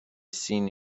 seen